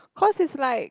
cause it's like